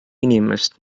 inimest